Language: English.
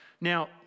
Now